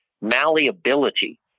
malleability